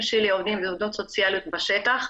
שלי עובדים ועובדות סוציאליות בשטח.